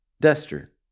duster